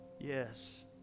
Yes